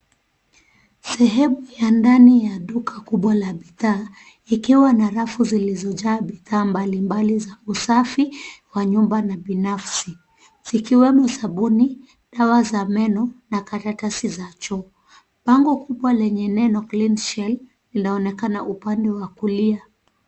Sehemu ya ndani ya duka kubwa la bidhaa, ikiwa rafu zilizojaa bidhaa mbalimbali za usafi wa nyumba na binafsi. Zikiwemo sabuni, dawa za meno na karatasi za choo. Bango kubwa lenye neno "Clean Shelf" inaonekana upande wa kulia.